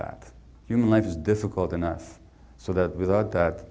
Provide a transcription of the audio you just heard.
that human life is difficult enough so that without that